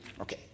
Okay